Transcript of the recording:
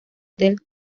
del